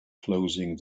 closing